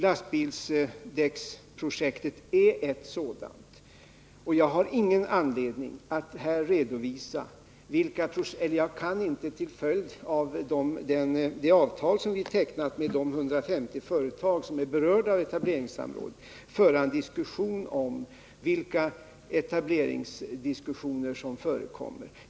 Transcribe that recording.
Lastbilsdäcksprojektet är ett sådant. Till följd av det avtal som vi tecknat med de 150 företag som är berörda av etableringssamråd kan jag inte här redogöra för vilka etableringsdiskussioner som förekommer.